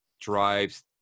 drives